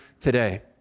today